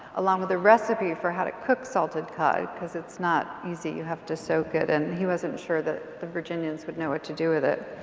along with a recipe for how to cook salted cod. cause it's not easy, you have to soak it and he wasn't sure that the virginians would know what to do with it.